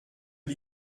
die